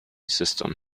system